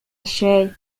الشاي